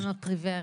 ה-Mulnopiravir.